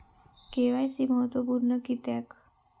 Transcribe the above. KYC महत्त्वपुर्ण किद्याक?